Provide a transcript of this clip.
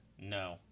no